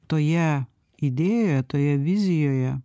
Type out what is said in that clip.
toje idėja toje vizijoje